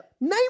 name